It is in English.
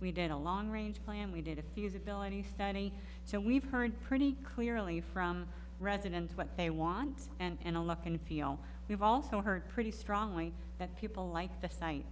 we did a long range plan we did a few usability funny so we've heard pretty clearly from residents what they want and a look and feel we've also heard pretty strongly that people like the site